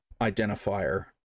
identifier